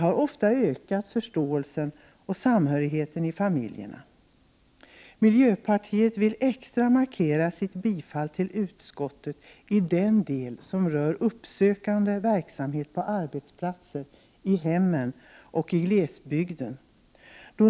har ofta ökat förståelsen och samhörigheten i familjerna. Miljöpartiet vill extra markera sitt bifall till utskottets förslag i den del som rör uppsökande verksamhet på arbetsplatser, i hemmen och i glesbygden.